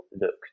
look